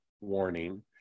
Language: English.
warning